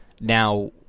Now